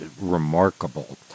remarkable